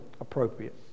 appropriate